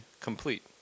complete